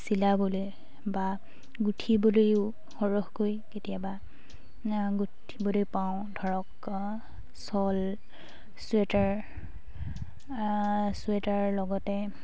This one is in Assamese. চিলাবলৈ বা গুঁঠিবলৈও সৰহকৈ কেতিয়াবা গুঁঠিবলৈ পাওঁ ধৰক শ্বল চুৱেটাৰ চুৱেটাৰৰ লগতে